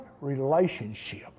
relationship